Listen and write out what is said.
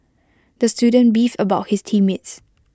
the student beefed about his team mates